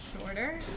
Shorter